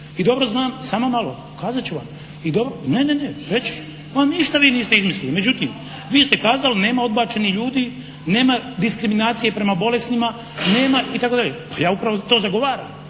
govorio, samo malo kazat ću vam. … /Upadica se ne čuje./ … Ma ništa vi niste izmislili. Međutim vi ste kazali nema odbačenih ljudi, nema diskriminacije prema bolesnima, nema itd. ja upravo to zagovaram.